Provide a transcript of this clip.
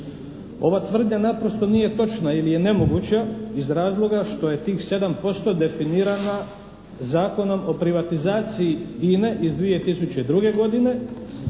Ova tvrdnja naprosto nije točna ili je nemoguća iz razloga što je tih 7% definirana Zakonom o privatizaciji INA-e iz 2002. godine.